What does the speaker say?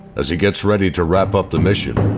as he gets ready to wrap up the mission,